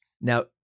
Now